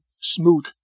smooth